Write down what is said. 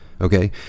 Okay